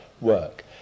work